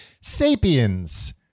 Sapiens